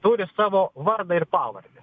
turi savo vardą ir pavardę